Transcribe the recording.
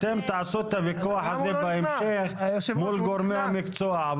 אתם תעשו את הוויכוח הזה בהמשך מול גורמי המקצוע,